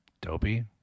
Dopey